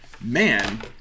man